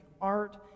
art